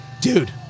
Dude